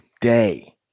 day